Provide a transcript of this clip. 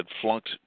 flunked